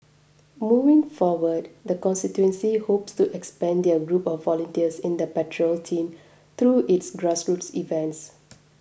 moving forward the constituency hopes to expand their group of volunteers in the patrol team through its grassroots events